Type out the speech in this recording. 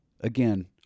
again